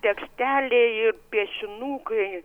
teksteliai ir piešinukai